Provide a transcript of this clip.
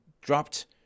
dropped